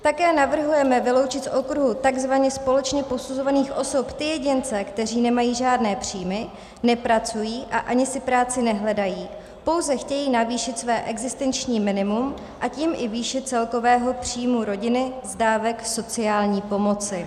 Také navrhujeme vyloučit z okruhu takzvaně společně posuzovaných osob ty jedince, kteří nemají žádné příjmy, nepracují a ani si práci nehledají, pouze chtějí navýšit své existenční minimum, a tím i výši celkového příjmu rodiny z dávek sociální pomoci.